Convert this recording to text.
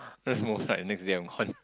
let's move right next day I'm